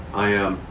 i am,